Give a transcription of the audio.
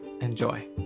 Enjoy